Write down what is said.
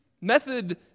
method